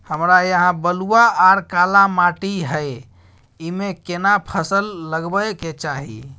हमरा यहाँ बलूआ आर काला माटी हय ईमे केना फसल लगबै के चाही?